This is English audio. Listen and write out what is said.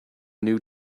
new